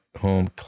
home